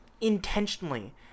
intentionally